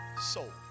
soul